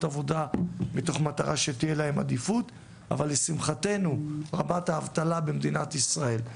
עבודה מתוך מטרה שתהיה להם עדיפות אבל לשמחתנו רבת האבטלה במדינת ישראל,